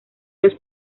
los